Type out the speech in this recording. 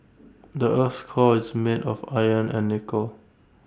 the Earth's core is made of iron and nickel